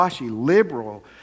liberal